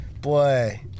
Boy